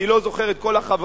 אני לא זוכר את כל החברות,